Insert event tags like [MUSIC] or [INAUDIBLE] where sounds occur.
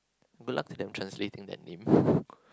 good luck to them translating that name [LAUGHS]